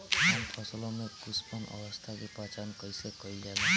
हम फसलों में पुष्पन अवस्था की पहचान कईसे कईल जाला?